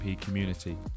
community